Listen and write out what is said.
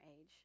age